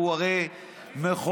הוא הרי מחוקק-על,